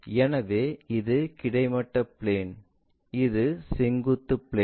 எனவே இது கிடைமட்ட பிளேன் இது செங்குத்து பிளேன்